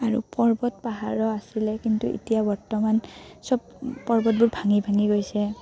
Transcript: আৰু পৰ্বত পাহাৰো আছিলে কিন্তু এতিয়া বৰ্তমান চব পৰ্বতবোৰ ভাঙি ভাঙি গৈছে